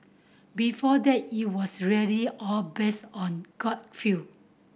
before that it was really all based on gut feel